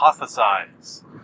hypothesize